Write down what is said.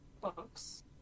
books